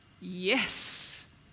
Yes